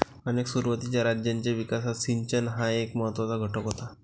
अनेक सुरुवातीच्या राज्यांच्या विकासात सिंचन हा एक महत्त्वाचा घटक होता